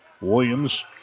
Williams